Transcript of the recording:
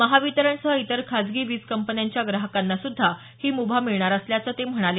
महावितरणसह इतर खासगी वीज कंपन्यांच्या ग्राहकांनासुद्धा ही मुभा मिळणार असल्याचं ते म्हणाले